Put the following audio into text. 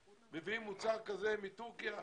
מטורקיה.